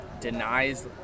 denies